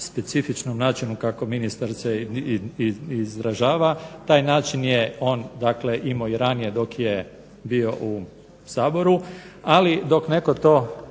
specifičnom načinu kako se ministar izražava. Taj način je on dakle imao i ranije dok je bio u Saboru, ali dok netko to